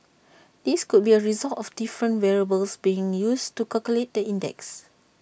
this could be A result of different variables being used to calculate the index